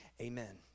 amen